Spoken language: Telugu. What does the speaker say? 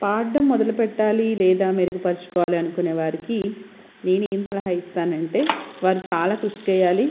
పాడడం మొదలు పెట్టాలి లేదా మెరుగుపరచుకోవాలనుకునే వారికి నేను ఏమి సలహా ఇస్తానంటే వారు చాలా కృషి చేయాలి